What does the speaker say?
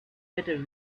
better